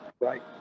Right